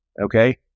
okay